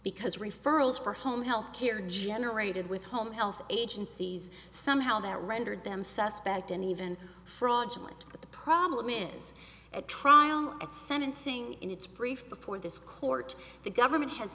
because referrals for home health care generated with home health agencies somehow that rendered them suspect and even fraudulent but the problem is at trial at sentencing in its brief before this court the government has